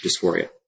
dysphoria